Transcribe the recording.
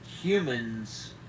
humans